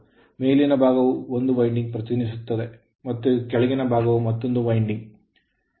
ಮೇಲಿನ ಭಾಗವು ಒಂದು winding ಪ್ರತಿನಿಧಿಸುತ್ತದೆ ಮತ್ತು ಕೆಳಭಾಗವು ಮತ್ತೊಂದು winding